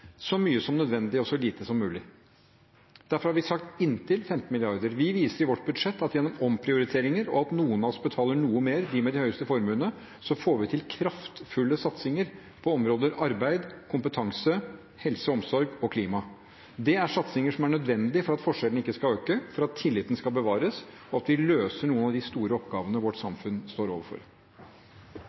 så mye som nødvendig og så lite som mulig. Derfor har vi sagt inntil 15 mrd. kr. Vi viser i vårt budsjett at gjennom omprioriteringer og ved at noen av oss betaler noe mer, de med de høyeste formuene, får vi til kraftfulle satsinger på områdene arbeid, kompetanse, helse og omsorg og klima. Det er satsinger som er nødvendig for at forskjellene ikke skal øke, for at tilliten skal bevares, og for at vi løser noen av de store oppgavene vårt samfunn står overfor.